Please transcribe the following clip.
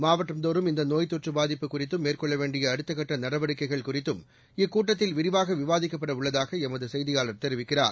மாவட்டந்தோறும் இந்த நோய் தொற்று பாதிப்பு குறித்தும் மேற்கொள்ள வேண்டிய அடுத்தக்கட்ட நடவடிக்கைகள் குறித்தும் இக்கூட்டத்தில் விரிவாக விவாதிக்கப்பட உள்ளதாக எமது செய்தியாளா் தெரிவிக்கிறார்